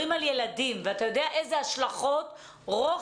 על ילדים ואתה יודע איזה השלכות רוחב,